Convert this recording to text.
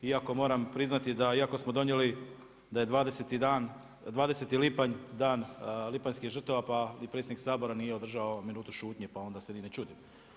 Iako moram priznati da iako smo donijeli da je 20. lipanj dan lipanjskih žrtava, pa ni predsjednik Sabora nije održao minutu šutnje, pa onda se ni ne čudim.